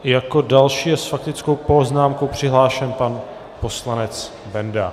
Jako další je s faktickou poznámkou přihlášen pan poslanec Benda.